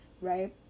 right